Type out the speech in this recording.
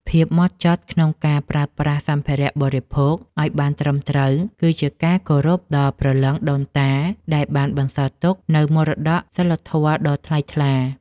ភាពហ្មត់ចត់ក្នុងការប្រើប្រាស់សម្ភារៈបរិភោគឱ្យបានត្រឹមត្រូវគឺជាការគោរពដល់ព្រលឹងដូនតាដែលបានបន្សល់ទុកនូវមរតកសីលធម៌ដ៏ថ្លៃថ្លា។